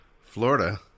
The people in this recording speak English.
Florida